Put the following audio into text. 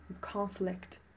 conflict